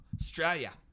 Australia